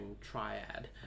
triad